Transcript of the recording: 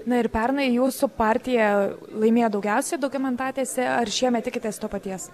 na ir pernai jūsų partija laimėjo daugiausiai daugiamandatėse ar šiemet tikitės to paties